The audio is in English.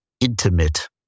intimate